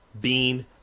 bean